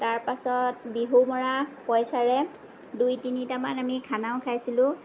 তাৰ পাছত বিহু মৰা পইচাৰে দুই তিনিটামান আমি খানাও খাইছিলো